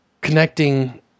connecting